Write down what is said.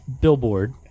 billboard